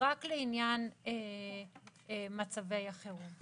רק לעניין מצבי החירום.